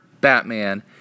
Batman